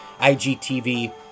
IGTV